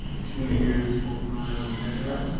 two years full-time in january.